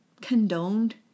condoned